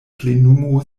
plenumu